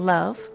Love